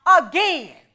again